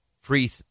free